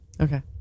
Okay